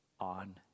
on